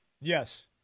Yes